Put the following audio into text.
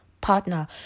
partner